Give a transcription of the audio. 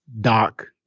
Doc